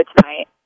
tonight